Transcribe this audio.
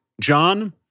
John